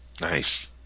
Nice